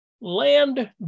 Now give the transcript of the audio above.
Land